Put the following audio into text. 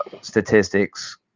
statistics